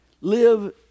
Live